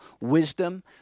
wisdom